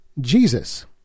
Jesus